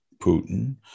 Putin